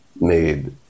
made